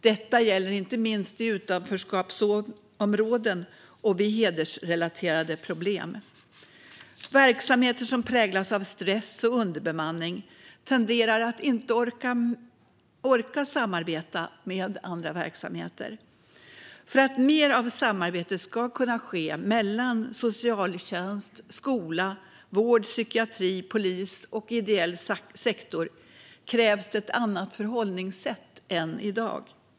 Detta gäller inte minst i utanförskapsområden och vid hedersrelaterade problem. Verksamheter som präglas av stress och underbemanning tenderar att inte orka samarbeta med andra verksamheter. För att mer av samarbete ska kunna ske mellan socialtjänst, skola, vård, psykiatri, polis och ideell sektor krävs det ett annat förhållningssätt än i dag.